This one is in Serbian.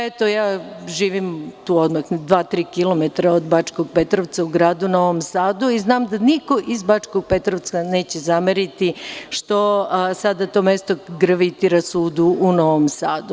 Eto, ja živim dva, tri kilometara od Bačkog Petrovca, u gradu Novom Sadu i znam da niko iz Bačkog Petrovca neće zameriti što sada to mesto gravitira sudu u Novom Sadu.